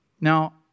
Now